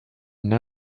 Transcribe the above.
une